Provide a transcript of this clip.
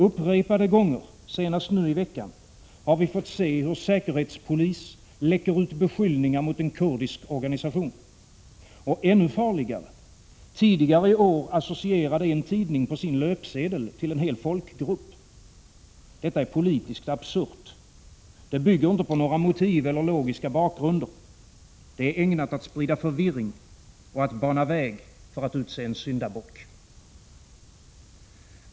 Upprepade gånger — senast nu i veckan — har vi fått se hur säkerhetspolis läcker ut beskyllningar mot en kurdisk organisation. Och ännu farligare: tidigare i år associerade en tidning på sin löpsedel till en hel folkgrupp. Detta är politiskt absurt. Det bygger inte på några motiv eller logiska bakgrunder. Det är ägnat att sprida förvirring och att bana väg för att utse en syndabock.